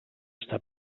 està